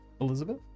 Elizabeth